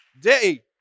day